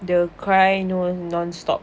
the crying no non-stop